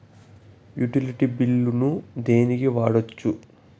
Utility బిల్లులను దేనికి వాడొచ్చు?